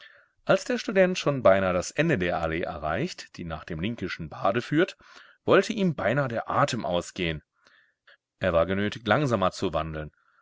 als der student schon beinahe das ende der allee erreicht die nach dem linkischen bade führt wollte ihm beinahe der atem ausgehen er war genötigt langsamer zu wandeln